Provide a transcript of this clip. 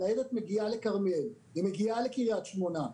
הניידת מגיעה לכרמיאל, היא מגיעה לקרית שמונה.